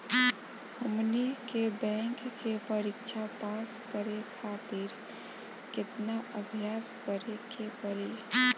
हमनी के बैंक के परीक्षा पास करे खातिर केतना अभ्यास करे के पड़ी?